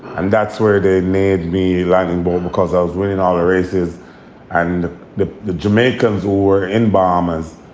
and that's where they need me, lightning bolt, because i was winning all the races and the the jamaicans were in bombers.